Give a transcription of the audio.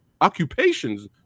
Occupations